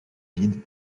vides